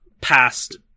past